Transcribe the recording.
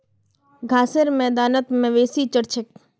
घासेर मैदानत मवेशी चर छेक